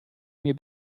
mir